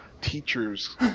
teacher's